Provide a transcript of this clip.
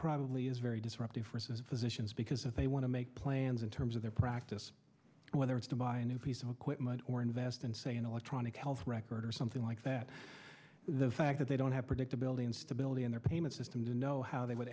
probably is very disruptive for some physicians because they want to make plans in terms of their practice whether it's to buy a new piece of equipment or invest in say an electronic health record or something like that the fact that they don't have predictability and stability in their payment system to know how they would